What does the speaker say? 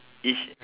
each